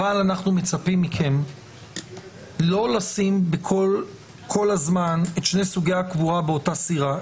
אבל אנחנו מצפים מכם לא לשים כל הזמן את שני סוגי הקבורה באותה סירה.